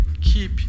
keep